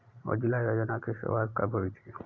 उज्ज्वला योजना की शुरुआत कब हुई थी?